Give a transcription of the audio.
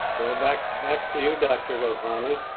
back back to you, dr. goswami.